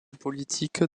politique